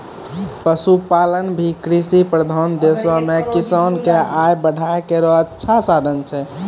पशुपालन भी कृषि प्रधान देशो म किसान क आय बढ़ाय केरो अच्छा साधन छै